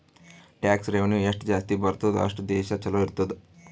tax revenue ಎಷ್ಟು ಜಾಸ್ತಿ ಬರ್ತುದ್ ಅಷ್ಟು ದೇಶ ಛಲೋ ಇರ್ತುದ್